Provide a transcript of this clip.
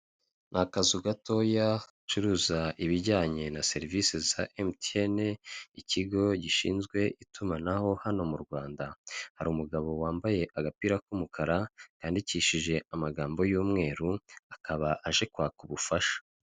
Ni akazu gatoya gacuruza ibijyanye na serivisi za MTN, ikigo gishinzwe itumanaho hano mu Rwanda, hari umugabo wambaye agapira k'umukara kandikishije amagambo y'umweru akaba aje kwaka ubufasha.